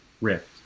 rift